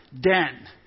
den